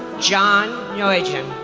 john nguyen,